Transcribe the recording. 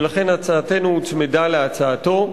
ולכן הצעתנו הוצמדה להצעתו.